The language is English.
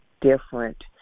different